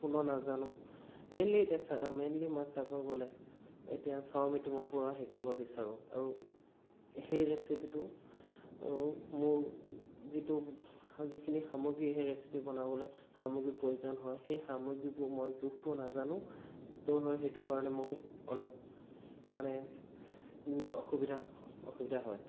সম্পূৰ্ণ নাজানোঁ মেইনলি এতিয়া চা মেইনলি মই চাব গ'লে এতিয়া চাউমিনটো মই পূৰা শিকিব বিচাৰোঁ আৰু সেই ৰেচিপিটো মোৰ মোৰ যিটো যিখিনি সামগ্ৰী সেই ৰেচিপি বনাবলে সামগ্ৰী প্ৰয়োজন হয় সেই সামগ্ৰীবোৰ মই জোখটো নাজানো ত' হয় সেইটো কাৰণে মোক অলপ মানে অসুবিধা অসুবিধা হয়